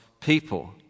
people